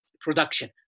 production